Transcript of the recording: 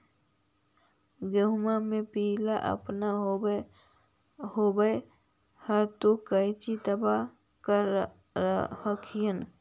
गोहुमा मे पिला अपन होबै ह तो कौची दबा कर हखिन?